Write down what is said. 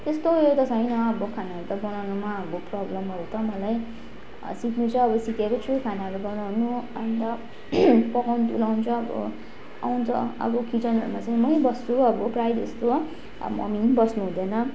त्यस्तो उयो त छैन अब खानाहरू त बनाउनुमा अब प्रोब्लमहरू त मलाई सिक्नु चाहिँ अब सिकेकै छु खानाहरू बनाउनु अन्त पकाउनु तुलाउनु चाहिँ अब आउँछ अब किचनहरूमा चाहिँ मै बस्छु प्रायः जस्तो अब मम्मी पनि बस्नु हुँदैन